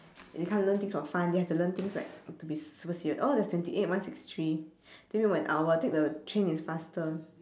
they can't learn things for fun they have to learn things like to be super serious oh there's twenty eight one six three take me one hour take the train is faster